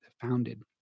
founded